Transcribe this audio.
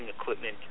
equipment